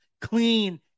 clean